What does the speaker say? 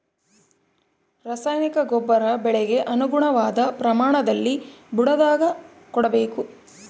ರಾಸಾಯನಿಕ ಗೊಬ್ಬರ ಬೆಳೆಗೆ ಅನುಗುಣವಾದ ಪ್ರಮಾಣದಲ್ಲಿ ಬುಡದಾಗ ಕೊಡಬೇಕು